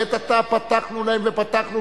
לעת עתה פתחנו להם ופתחנו,